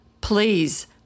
please